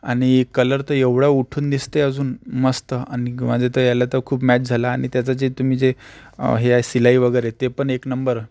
आणि कलर तर एवढा उठून दिसत आहे अजून मस्त आणि ग माझ्या तर याला तर खूप मॅच झाला आणि त्याचं जे तुम्ही जे हे आहे शिलाई वगैरे आहे ते पण एक नंबर